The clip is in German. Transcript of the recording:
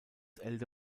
elde